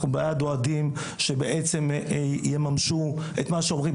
אנחנו בעד אוהדים שבעצם יממשו את מה שאומרים.